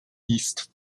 east